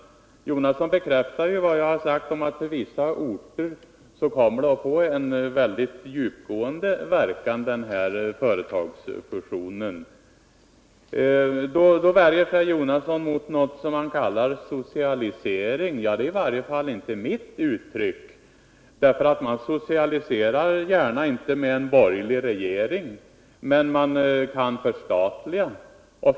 Bertil Jonasson bekräftar vad jag har sagt om att den här företagsfusionen för vissa orter kommer att få en mycket djupgående verkan. Men Bertil Jonasson värjer sig mot något som han kallar socialisering. Det är i varje fall inte mitt uttryck. Man socialiserar inte gärna med en borgerlig regering. Men man kan förstatliga.